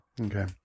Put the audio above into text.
Okay